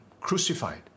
crucified